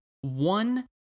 one